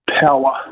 power